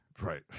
Right